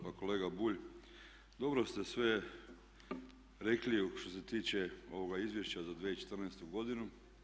Pa kolega Bulj, dobro ste sve rekli što se tiče ovoga izvješća za 2014.godinu.